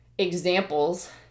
Examples